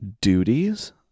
Duties